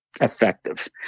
effective